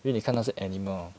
因为你看那些 animal hor